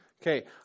Okay